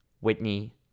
Whitney